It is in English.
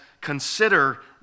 consider